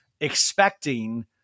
expecting